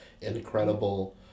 incredible